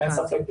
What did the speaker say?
אין ספק בכלל.